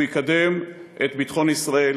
והוא יקדם את ביטחון ישראל,